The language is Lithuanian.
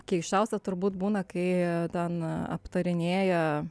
keisčiausia turbūt būna kai ten aptarinėja